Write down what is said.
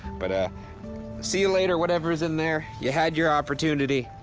but ah see you later whatever's in there! you had your opportunity.